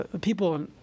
people